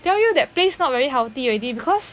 tell you that place not very healthy already because